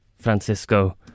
Francisco